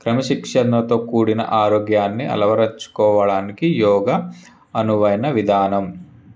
క్రమశిక్షణతో కూడిన ఆరోగ్యాన్ని అలవరుచుకోవడానికి యోగ అనువైన విధానం